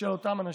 של אותם אנשים.